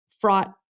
fraught